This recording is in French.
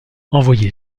envoyé